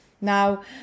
Now